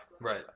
right